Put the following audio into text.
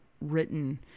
written